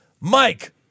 Mike